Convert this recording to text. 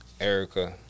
Erica